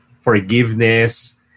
forgiveness